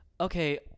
okay